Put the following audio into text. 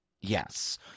Yes